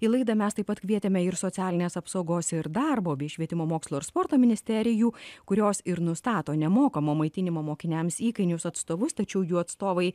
į laidą mes taip pat kvietėme ir socialinės apsaugos ir darbo bei švietimo mokslo ir sporto ministerijų kurios ir nustato nemokamo maitinimo mokiniams įkainius atstovus tačiau jų atstovai